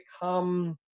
become